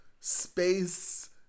space